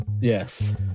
Yes